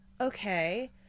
okay